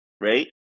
right